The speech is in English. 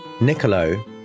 Niccolo